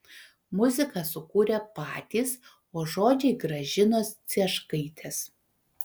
muziką sukūrė patys o žodžiai gražinos cieškaitės